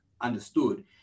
understood